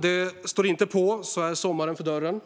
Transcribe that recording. Det står inte på förrän sommaren står för dörren